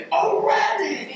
already